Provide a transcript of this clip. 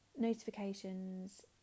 notifications